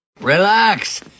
Relax